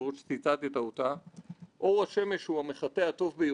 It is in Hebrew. ברנדייס כותב בספר שלו את האמירה הכל כך חשובה: